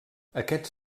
aquests